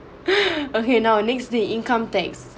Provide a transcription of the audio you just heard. okay now next the income tax